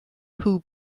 who